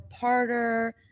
Parter